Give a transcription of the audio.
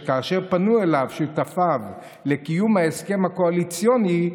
שכאשר פנו אליו שותפיו לקיום ההסכם הקואליציוני,